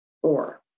four